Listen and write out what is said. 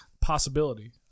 possibility